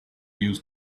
used